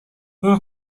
اون